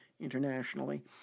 internationally